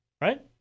Right